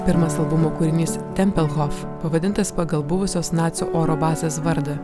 pirmas albumo kūrinys tempelhof pavadintas pagal buvusios nacių oro bazės vardą